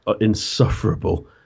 insufferable